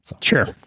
Sure